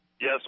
Yes